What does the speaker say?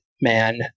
man